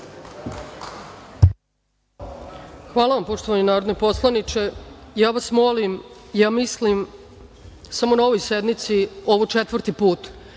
Hvala vam, poštovani narodni poslaniče. Ja vas molim, ja mislim samo na ovoj sednici ovo četvrti put,